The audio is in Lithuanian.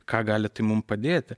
ką gali tai mum padėti